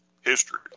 history